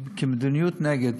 כמדיניות אני נגד,